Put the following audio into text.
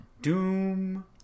doom